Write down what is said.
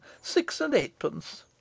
six-and-eightpence